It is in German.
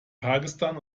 pakistan